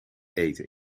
eten